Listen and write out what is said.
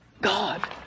God